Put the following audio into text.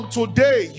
today